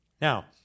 Now